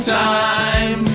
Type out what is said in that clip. time